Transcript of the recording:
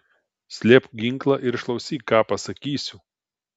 slėpk ginklą ir išklausyk ką pasakysiu